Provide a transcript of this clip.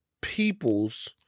people's